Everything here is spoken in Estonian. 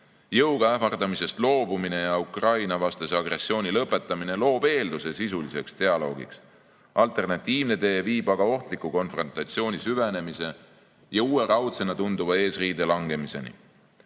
Jõuga ähvardamisest loobumine ja Ukraina-vastase agressiooni lõpetamine loob eelduse sisuliseks dialoogiks. Alternatiivne tee viib aga ohtliku konfrontatsiooni süvenemise ja uue raudsena tunduva eesriide langemiseni. Moskvas